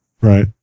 right